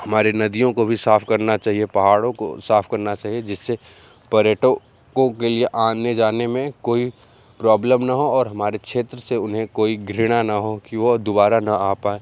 हमारे नदियों को भी साफ़ करना चाहिए पहाड़ो को साफ़ करना चाहिए जिससे पर्यटकों के लिए आने जाने में कोई प्रॉब्लम ना हो और हमारे क्षेत्र से उन्हे कोई घृणा ना हो कि वह दूबारा ना आ पाए